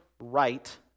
right